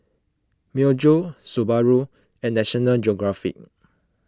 Myojo Subaru and National Geographic